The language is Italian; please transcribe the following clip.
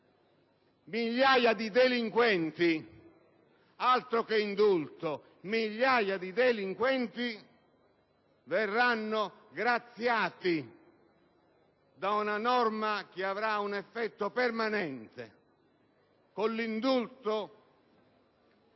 Migliaia di delinquenti verranno graziati da una norma che avrà un effetto permanente. Con l'indulto,